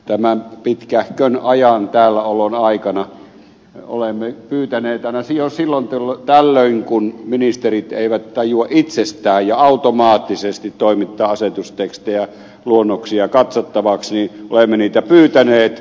tämän pitkähkön täälläolon aikana aina silloin tällöin kun ministerit eivät tajua itsestään ja automaattisesti toimittaa asetustekstejä luonnoksia katsottavaksi olemme niitä pyytäneet